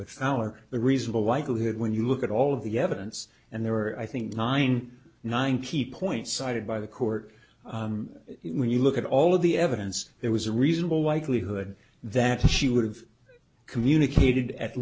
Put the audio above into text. the reasonable likelihood when you look at all of the evidence and there are i think nine nine key points cited by the court when you look at all of the evidence there was a reasonable likelihood that she would have communicated at